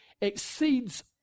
exceeds